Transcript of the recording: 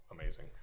amazing